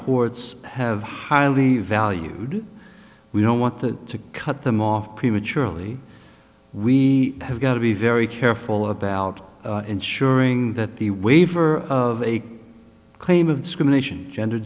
courts have highly valued we don't want to cut them off prematurely we have got to be very careful about ensuring that the waiver of a claim of discrimination gender